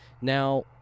Now